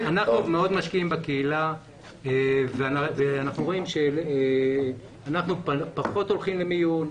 אנחנו מאוד משקיעים בקהילה ואנחנו רואים שאנחנו פחות הולכים למיון,